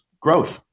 growth